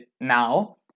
now